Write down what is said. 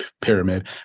pyramid